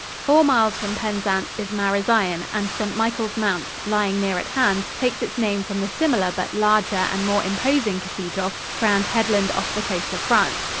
four miles from penzance is marazion, and st. michael's mount, lying near at hand, takes its name from the similar but larger and more imposing cathedral-crowned headland off the coast of france.